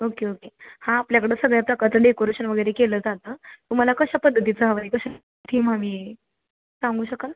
okay okay हां आपल्याकडं सगळ्या प्रकारचं डेकोरेशन वगैरे केलं जातं तुम्हाला कशा पद्धतीचं हवं आहे कशी थीम हवी आहे सांगू शकाल